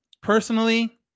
personally